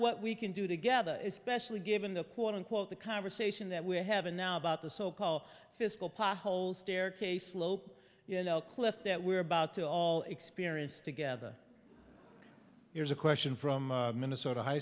what we can do together especially given the quote unquote the conversation that we're having now about the so called fiscal pothole staircase slope you know cliff that we're about to all experience together here's a question from minnesota high